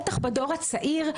בטח בדור הצעיר,